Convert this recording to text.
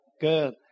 Good